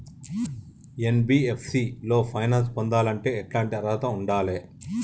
NBFC లో finance పొందాలంటే ఎట్లాంటి అర్హత ఉండాలే?